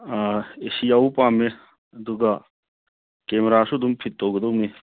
ah A C ꯌꯥꯎꯕ ꯄꯥꯝꯃꯤ ꯑꯗꯨꯒ ꯀꯦꯃꯦꯔꯥꯁꯨ ꯑꯗꯨꯝ ꯐꯤꯠ ꯇꯧꯒꯗꯧꯕꯅꯤ